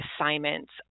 assignments